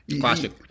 classic